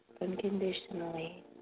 unconditionally